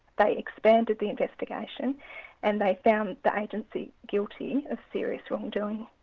they expanded the investigation and they found the agency guilty of serious wrongdoing.